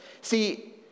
See